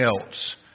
else